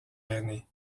aînée